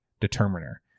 determiner